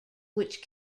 which